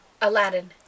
Aladdin